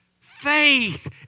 faith